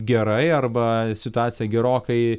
gerai arba situacija gerokai